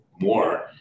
more